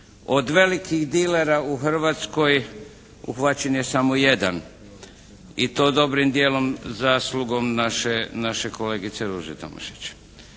Od velikih dilera u Hrvatskoj uhvaćen je samo jedan i to dobrim dijelom zaslugom naše kolegice Ruže Tomašić.